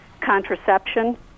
contraception